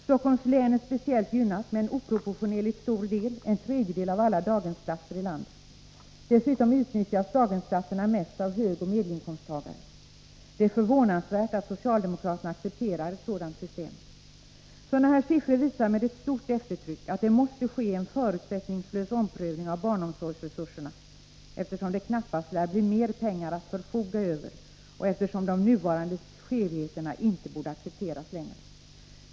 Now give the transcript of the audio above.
Stockholms län är speciellt gynnat med en oproportionerligt stor del: en tredjedel av alla daghemsplatser i landet. Dessutom utnyttjas daghemsplatserna mest av högoch medelinkomsttagare. Det är förvånansvärt att socialdemokraterna accepterar ett sådant system. Sådana här siffror visar med stort eftertryck att det måste ske en förutsättningslös omprövning av barnomsorgsresurserna, eftersom det knappast lär bli mer pengar ätt förfoga över och de nuvarande skevheterna inte borde accepteras längre.